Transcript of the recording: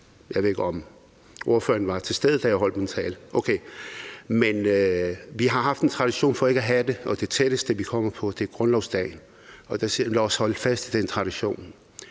Jeg ved ikke, om ordføreren var til stede, da jeg holdt min tale – okay, det var han – men vi har haft en tradition for ikke at have det, og det tætteste, vi kommer på det, er grundlovsdag, og lad os holde fast i den tradition.